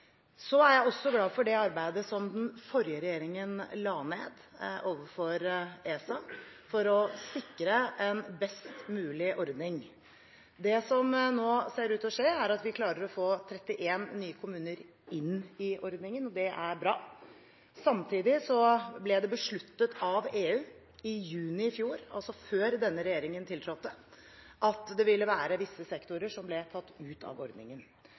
Så er jeg også glad for det arbeidet som den forrige regjeringen la ned overfor ESA, for å sikre en best mulig ordning. Det som nå ser ut til å skje, er at vi klarer å få 31 nye kommuner inn i ordningen, og det er bra. Samtidig besluttet EU i juni i fjor – altså før denne regjeringen tiltrådte – at det ville være visse sektorer som ble tatt ut av ordningen.